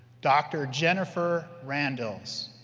dr. jennifer randles,